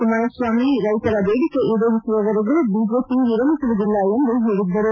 ಕುಮಾರಸ್ವಾಮಿ ರೈತರ ಬೇಡಿಕೆ ಈಡೇರಿಸುವವರೆಗೂ ಬಿಜೆಪಿ ವಿರಮಿಸುವುದಿಲ್ಲ ಎಂದು ಹೇಳಿದ್ದರು